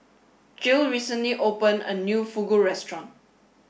Jill recently opened a new Fugu restaurant